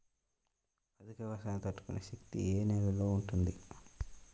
అధిక వర్షాలు తట్టుకునే శక్తి ఏ నేలలో ఉంటుంది?